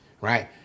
Right